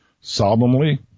Solemnly